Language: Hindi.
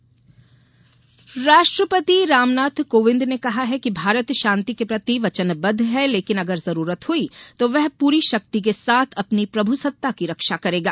राष्ट्रपति राष्ट्रपति रामनाथ कोविंद ने कहा है कि भारत शांति के प्रति वचनबद्ध है लेकिन अगर जरूरत हुई तो वह पूरी शक्ति के साथ अपनी प्रभुसत्ता की रक्षा करेगा